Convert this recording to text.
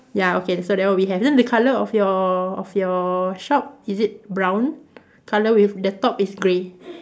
ya okay so that one we have then the colour of your of your shop is it brown colour with the top is grey